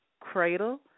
Cradle